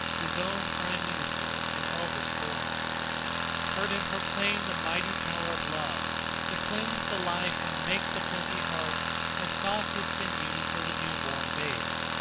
his own prime minister and eldest-born heard him proclaim the mighty power of love to cleanse the life and make the flinty heart as soft as sinews of the new-born babe.